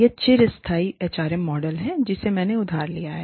यह चिरस्थायी HRM model है जिसे मैंने उधार लिया है